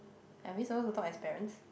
are we supposed to talk as parents